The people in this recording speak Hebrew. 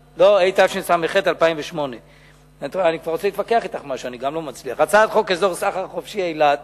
התשס"ח 2008. הצעת חוק אזור סחר חופשי אילת